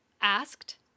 asked